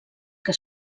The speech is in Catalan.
que